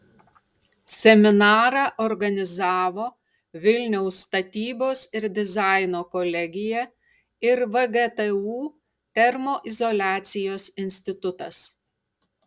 seminarą organizavo vilniaus statybos ir dizaino kolegija ir vgtu termoizoliacijos institutas